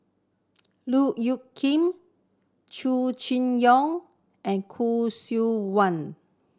Look Kit Chow Chee Yong and Khoo Seok Wan